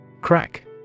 Crack